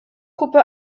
puppe